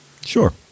Sure